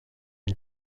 une